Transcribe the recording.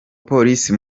police